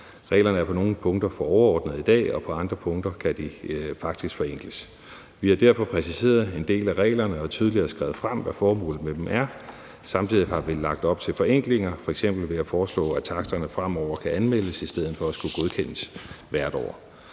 Reglerne er på nogle punkter for overordnede i dag, og på andre punkter kan de faktisk forenkles. Vi har derfor præciseret en del af reglerne og tydeligere skrevet frem, hvad formålet med dem er. Samtidig har vi lagt op til forenklinger, f.eks. ved at foreslå, at taksterne fremover kan anmeldes i stedet for at skulle godkendes hvert år.